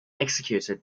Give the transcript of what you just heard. executed